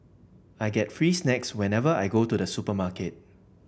I get free snacks whenever I go to the supermarket